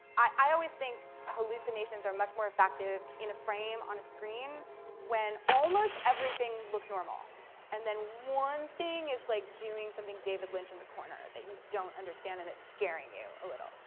i always think hallucinations are much more effective in a frame on a screen when almost everything looks normal and then one thing is like doing something david lynch in the corner that you don't understand and it's scaring you a little.